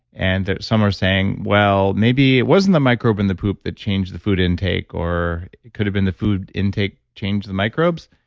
and some are saying, well, maybe it wasn't the microbe and the poop that changed the food intake, or it could've been the food intake changed the microbes.